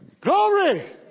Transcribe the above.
Glory